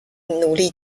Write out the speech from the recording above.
努力